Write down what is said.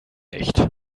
nicht